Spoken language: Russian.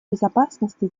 безопасности